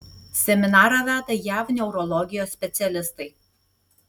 seminarą veda jav neurologijos specialistai